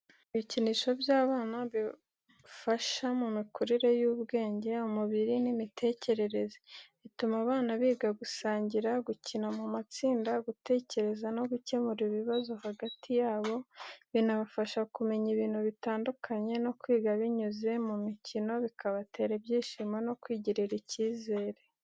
Ibikinisho by’abana bifasha mu mikurire y’ubwenge, umubiri n’imitekerereze. Bituma abana biga gusangira, gukina mu matsinda, gutekereza no gukemura ibibazo hagati yabo, binabafasha kumenya ibintu bitandukanye no kwiga binyuze mu mikino bikabatera ibyishimo no kwigirira icyizere.